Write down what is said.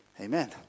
Amen